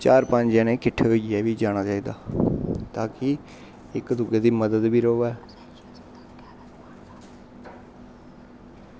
चार पंज जने किट्ठे होइयै गै जाना चाहिदा ता कि इक दूए दी मदद बी रवै